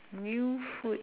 new food